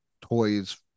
toys